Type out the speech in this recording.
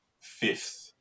fifth